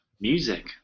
music